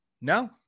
No